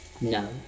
No